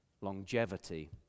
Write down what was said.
Longevity